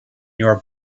your